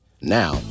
Now